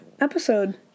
episode